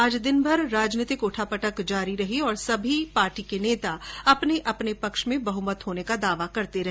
आज दिनभर राजनीतिक उठा पटक जारी और सभी पार्टी के नेता अपने अपने पक्ष में बहुमत होने का दावा करते रहे